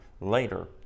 later